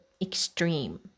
extreme